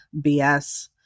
BS